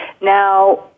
Now